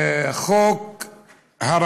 מה עניין את ממשלת נתניהו ב-24 השעות האחרונות?